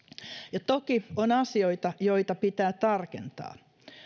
ja toki on asioita joita pitää tarkentaa